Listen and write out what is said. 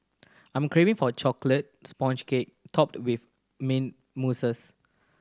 I'm craving for a chocolate sponge cake topped with mint mousses